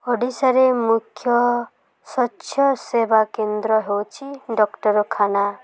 ଓଡ଼ିଶାରେ ମୁଖ୍ୟ ସ୍ୱଚ୍ଛ ସେବା କେନ୍ଦ୍ର ହେଉଛି ଡ଼କ୍ଟରଖାନା